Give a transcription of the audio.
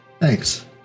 Thanks